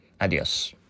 Adios